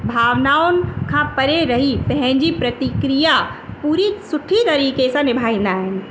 भावनाउनि खां परे रही पंहिंजी प्रतिक्रिया पूरी सुठी तरीक़े सां निभाईंदा आहिनि